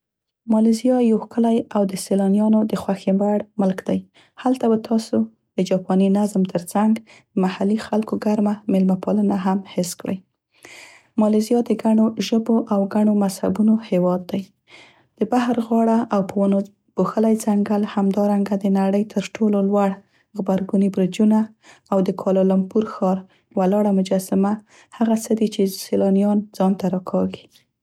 مالیزیا یو ښکلی او د سیلانیانو د خوښې وړ ملک دی. هلته به تاسو د جاپاني نظم تر څنګ محلي خلکو ګرمه میلمه پالنه هم حس کړی. مالیزیا د ګڼو ژبو او ګڼو مذهبونو هیواد. د بحر غاړه او په ونو پوښلی څنګل، همدارنګه د نړۍ تر ټولو لوړ غبرګوني برجونه او د کوالالامپور ښار ولاړه مجسمه، هغه څه دي چې سیالانیان ځانته راکاږي.